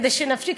כדי שנפסיק,